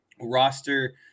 roster